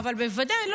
אבל בוודאי,